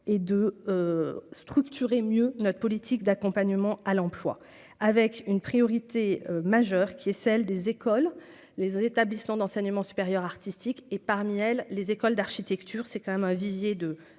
et de structurer mieux notre politique d'accompagnement à l'emploi avec une priorité majeure qui est celle des écoles, les établissements d'enseignement supérieur artistique et parmi elles, les écoles d'architecture, c'est quand même un vivier de